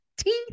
teeth